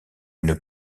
une